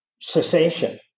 cessation